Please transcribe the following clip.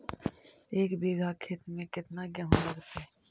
एक बिघा खेत में केतना गेहूं लगतै?